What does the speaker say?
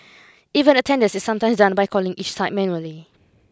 even attendance is sometimes done by calling each site manually